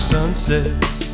sunsets